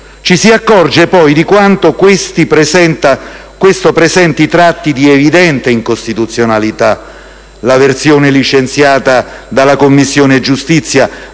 ci si accorge poi di quanto questo presenti tratti di evidente incostituzionalità. La versione licenziata dalla Commissione giustizia